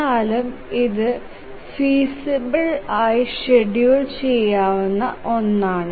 എന്നാലും ഇത് ഫീസിബിൽ ആയി ഷ്ഡ്യൂൽ ചെയ്യാവുന്ന ഒന്നാണ്